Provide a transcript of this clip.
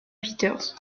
peters